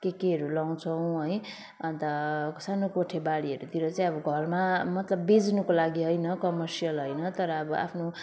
के केहरू लाउँछौँ है अन्त सानो कोठे बारीहरूतिर चाहिँ अब घरमा मतलब बेच्नुको लागि होइन कमर्सियल होइन तर अब आफ्नो